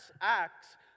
acts